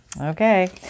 Okay